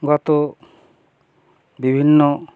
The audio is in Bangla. গত বিভিন্ন